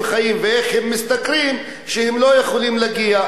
חיים ואיך הם משתכרים כך שהם לא יכולים להגיע